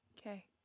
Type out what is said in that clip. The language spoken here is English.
Okay